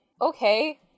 okay